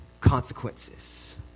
consequences